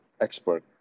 expert